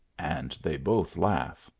and they both laugh.